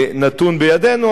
נתון בידינו,